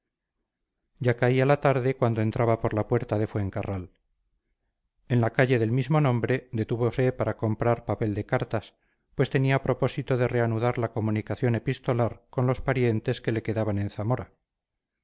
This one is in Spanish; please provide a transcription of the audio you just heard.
ya caía la tarde cuando entraba por la puerta de fuencarral en la calle del mismo nombre detúvose para comprar papel de cartas pues tenía propósito de reanudar la comunicación epistolar con los parientes que le quedaban en zamora